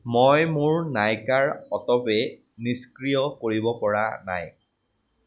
মই মোৰ নাইকাৰ অটপে' নিষ্ক্ৰিয় কৰিব পৰা নাই